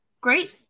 great